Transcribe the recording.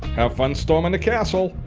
have fun storming the castle.